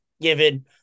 given